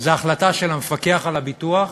זה החלטה של המפקח על הביטוח